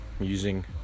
using